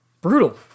brutal